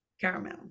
caramel